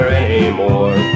anymore